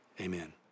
amen